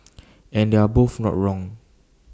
and they're both not wrong